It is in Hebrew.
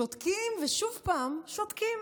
שותקים ושוב שותקים.